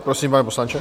Prosím, pane poslanče.